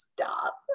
stop